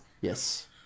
Yes